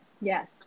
yes